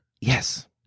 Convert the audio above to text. Yes